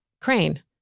crane